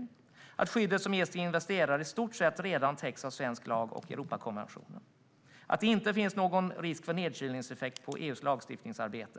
Man anser att skyddet som ges till investerare i stort sett redan täcks av svensk lag och av Europakonventionen. Kommerskollegium anser också att det inte finns någon risk för en nedkylningseffekt på EU:s lagstiftningsarbete.